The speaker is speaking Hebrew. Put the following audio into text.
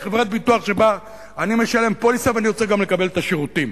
היא חברת ביטוח שבה אני משלם פוליסה ואני רוצה גם לקבל את השירותים.